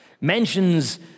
mentions